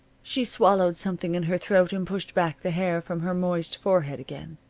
she swallowed something in her throat and pushed back the hair from her moist forehead again.